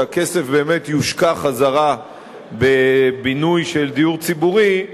שהכסף באמת יושקע בחזרה בבינוי של דיור ציבורי,